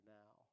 now